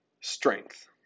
strength